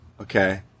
Okay